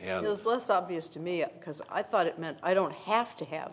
and is less obvious to me because i thought it meant i don't have to have